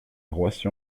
roissy